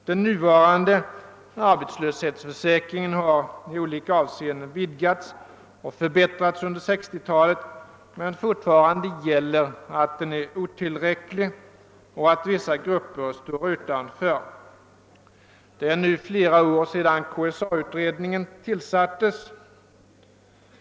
Den nuvarande <arbetslöshetsförsäkringen har i olika avseenden vidgats och förbättrats under 1960-talet, men fortfarande gäller att den är otillräcklig och att vissa grupper står utanför. Det är nu flera år sedan KSA-utredningen tillsattes.